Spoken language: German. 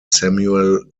samuel